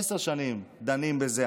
עשר שנים דנים בזה.